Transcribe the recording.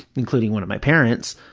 including one of my parents,